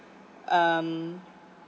um